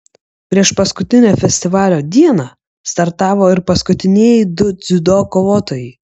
priešpaskutinę festivalio dieną startavo ir paskutinieji du dziudo kovotojai